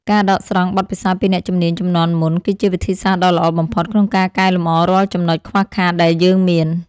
ការដកស្រង់បទពិសោធន៍ពីអ្នកជំនាញជំនាន់មុនគឺជាវិធីសាស្ត្រដ៏ល្អបំផុត ក្នុងការកែលម្អរាល់ចំណុចខ្វះខាតដែលយើងមាន។